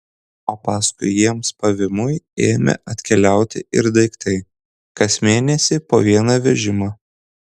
o paskui jiems pavymui ėmė atkeliauti ir daiktai kas mėnesį po vieną vežimą